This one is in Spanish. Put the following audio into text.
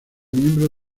miembro